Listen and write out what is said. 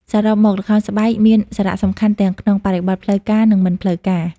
សរុបមក ល្ខោនស្បែកមានសារៈសំខាន់ទាំងក្នុងបរិបទផ្លូវការនិងមិនផ្លូវការ។